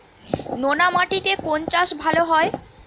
নোনা মাটিতে কোন চাষ ভালো হয়?